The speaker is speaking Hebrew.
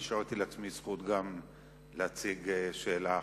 השארתי גם לעצמי זכות להציג שאלה עכשיו,